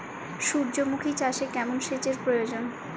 সূর্যমুখি চাষে কেমন সেচের প্রয়োজন?